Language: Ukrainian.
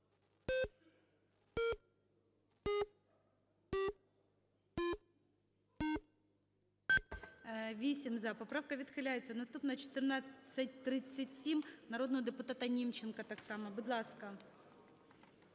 За-8 Поправка відхиляється. Наступна – 1437, народного депутата Німченка так само. Будь ласка.